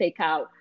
takeout